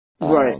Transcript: Right